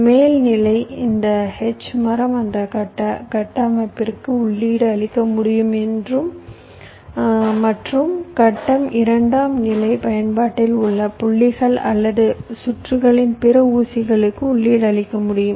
மேல் நிலை இந்த H மரம் அந்த கட்ட கட்டமைப்பிற்கு உள்ளீடு அளிக்க முடியும் மற்றும் கட்டம் இரண்டாம் நிலை பயன்பாட்டில் மற்ற புள்ளிகள் அல்லது சுற்றுகளின் பிற ஊசிகளுக்கு உள்ளீடு அளிக்க முடியும்